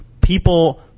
People